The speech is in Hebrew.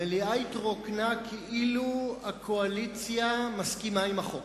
המליאה התרוקנה כאילו הקואליציה מסכימה עם החוק,